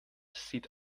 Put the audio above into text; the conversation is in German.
sieht